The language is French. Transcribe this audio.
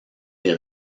des